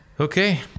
Okay